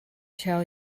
tell